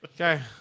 Okay